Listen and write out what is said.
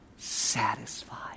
Satisfied